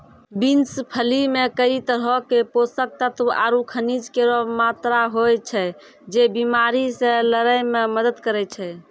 beans फली मे कई तरहो क पोषक तत्व आरु खनिज केरो मात्रा होय छै, जे बीमारी से लड़ै म मदद करै छै